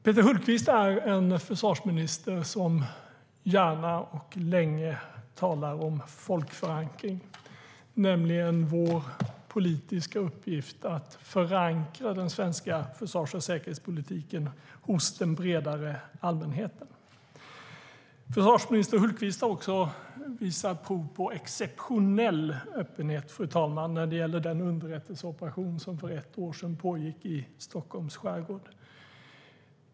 Peter Hultqvist är en försvarsminister som gärna och länge talar om folkförankring, nämligen vår politiska uppgift att förankra den svenska försvars och säkerhetspolitiken hos den bredare allmänheten. Försvarsminister Hultqvist har också visat prov på exceptionell öppenhet, fru talman, när det gäller den underrättelseoperation som för ett år sedan pågick i Stockholms skärgård.